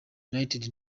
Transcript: united